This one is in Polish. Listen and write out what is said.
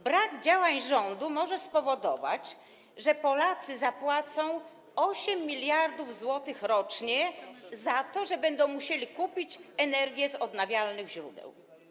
Brak działań rządu może spowodować, że Polacy zapłacą 8 mld zł rocznie za to, że będą musieli kupić energię z odnawialnych źródeł.